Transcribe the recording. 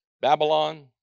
Babylon